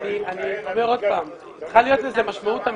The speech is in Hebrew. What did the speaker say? אני אומר עוד פעם: צריכה להיות לזה משמעות אמיתית,